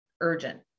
urgent